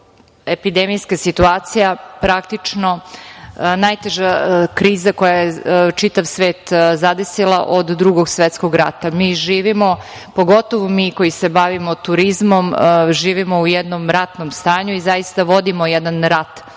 epidemijska situacija praktično najteža kriza koja je čitav svet zadesila od Drugog svetskog rata. Mi živimo, pogotovo mi koji se bavimo turizmom, u jednom ratnom stanju i zaista vodimo jedan rat